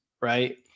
right